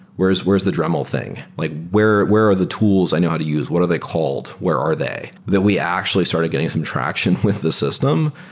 where's where's the dremel thing? like where where are the tools i know how to use? what are they called? where are they? that we actually started getting some traction with this system,